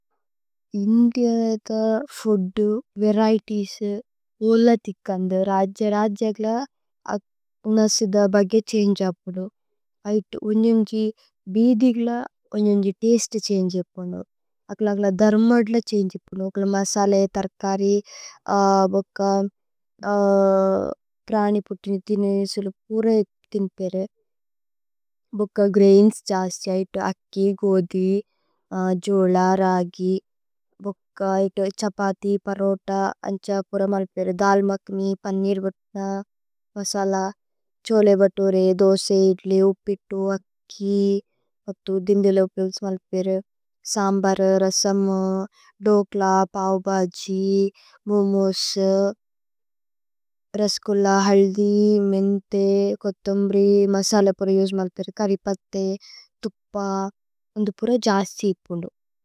India ഥ് food varieties ഓല ഥിക്കന്ദു രാജ്യ। രാജ്യ ഗല ഉനസിധ ബഗേ ഛന്ഗേ അപ്നു ഐതു। ഉന്ജന്ജി ബീദി ഗല, ഉന്ജന്ജി തസ്തേ ഛന്ഗേ അപ്നു। അക്ലേ ഗല ധര്മദ്ല ഛന്ഗേ അപ്നു। അക്ലേ മസലഏ തര്കരി ബോക്ക പ്രനി പുത്തിനി ഥിനൈ। സുലപുര ഥിനിപേരേ ഭോക്ക ഗ്രൈന്സ് ജസ്ഥി ഐതു അക്കി। ഗോദി, ജോല, രഗി, ബോക്ക ഐതു ഛപതി പരോത്ത അന്ഛ। പുര മല്പേരേ ദല് മക്നി പനീര് വത്ന മസല ഛ്ഹോലേ। വതോരേ, ദോസ ഇദ്ലി, ഉപിത്തു, അക്കി അഥു ദിന്ദിലേ ഉപില്സ് മല്പേരേ സമ്ബര്, രസമ്, ധോക്ല, പവ് ഭജി, മോമോസ്। രസ്ഗുല്ല, ഹല്ദി, മേന്ഥേ, കോഥുമ്ബരി മസല പുര। ഉസേ മല്പേരേ കരിപഥേ തുപ്പ ഉന്ദു പുര ജസ്ഥി അപ്നു।